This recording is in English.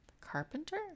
Carpenter